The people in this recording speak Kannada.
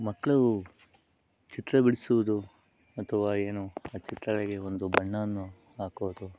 ಮಕ್ಕಳು ಚಿತ್ರ ಬಿಡಿಸುವುದು ಅಥವಾ ಏನು ಆ ಚಿತ್ರಗಳಿಗೆ ಒಂದು ಬಣ್ಣವನ್ನು ಹಾಕುವುದು